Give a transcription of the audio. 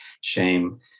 shame